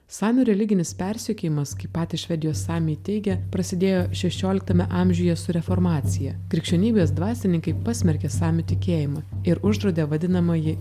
samių religinis persekiojimas kaip patys švedijos samiai teigia prasidėjo šešioliktame amžiuje su reformacija krikščionybės dvasininkai pasmerkė samių tikėjimą ir uždraudė vadinamąjį